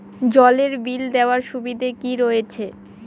জলের বিল দেওয়ার সুবিধা কি রয়েছে?